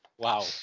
Wow